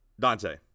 Dante